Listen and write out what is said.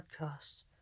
podcast